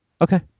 Okay